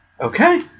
Okay